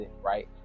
right